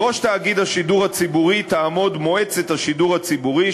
בראש תאגיד השידור הציבורי תעמוד מועצת השידור הציבורי,